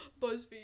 BuzzFeed